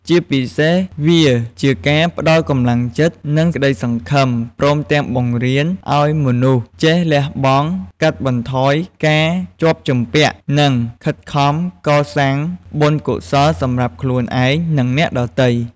ជាពិសេស វាជាការផ្តល់កម្លាំងចិត្ត និងក្តីសង្ឃឹម ព្រមទាំងបង្រៀនឲ្យមនុស្សចេះលះបង់ កាត់បន្ថយការជាប់ជំពាក់ និងខិតខំកសាងបុណ្យកុសលសម្រាប់ខ្លួនឯង និងអ្នកដទៃ។